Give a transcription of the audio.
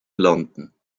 london